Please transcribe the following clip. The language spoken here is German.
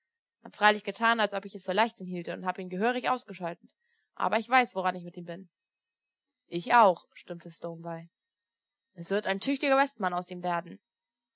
hab freilich getan als ob ich es für leichtsinn hielte und habe ihn gehörig ausgescholten aber ich weiß woran ich mit ihm bin ich auch stimmte stone bei es wird ein tüchtiger westmann aus ihm werden